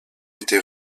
été